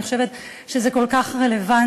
אני חושבת שזה כל כך רלוונטי,